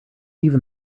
even